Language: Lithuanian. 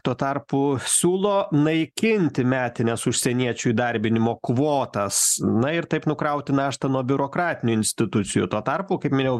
tuo tarpu siūlo naikinti metines užsieniečių įdarbinimo kvotas na ir taip nukrauti naštą nuo biurokratinių institucijų tuo tarpu kaip minėjau